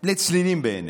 לצנינים בעינינו.